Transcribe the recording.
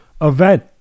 event